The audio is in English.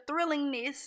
thrillingness